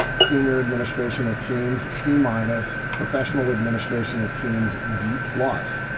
senior administration it teams c minus professional administration teams d plus.